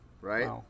right